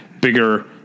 bigger